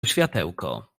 światełko